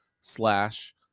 slash